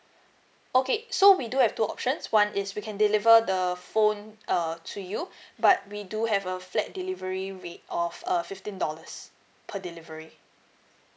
okay so we do have two options one is we can deliver the phone err to you but we do have a flat delivery rate of uh fifteen dollars per delivery